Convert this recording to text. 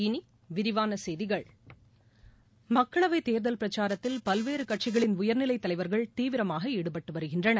இனிவிரிவானசெய்திகள் மக்களவைதேர்தல் பிரச்சாரத்தில் பல்வேறுகட்சிகளின் உயர்நிலைதலைவர்கள் தீவிரமாகாடுடட்டுவருகின்றனர்